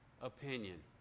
opinion